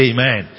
Amen